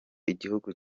igihugu